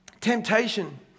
temptation